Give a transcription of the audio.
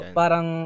parang